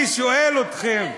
אני שואל אתכם,